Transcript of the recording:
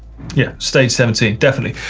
yeah, stage seventeen, definitely.